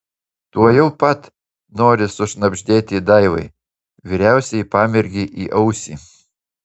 tuojau pat nori sušnabždėti daivai vyriausiajai pamergei į ausį